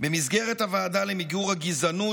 במסגרת הוועדה למיגור הגזענות,